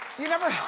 you never